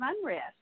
unrest